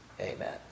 Amen